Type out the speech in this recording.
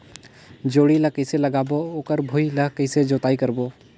जोणी ला कइसे लगाबो ओकर भुईं ला कइसे जोताई करबो?